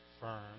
firm